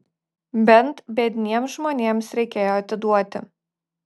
bent biedniems žmonėms reikėjo atiduoti